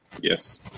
Yes